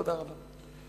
תודה רבה.